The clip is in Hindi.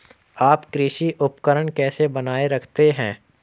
आप कृषि उपकरण कैसे बनाए रखते हैं?